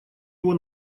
его